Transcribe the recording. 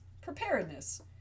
preparedness